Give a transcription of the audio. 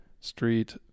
Street